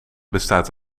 bestaat